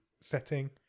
setting